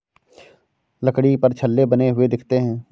लकड़ी पर छल्ले बने हुए दिखते हैं